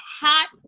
hot